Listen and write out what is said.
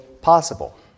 possible